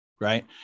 right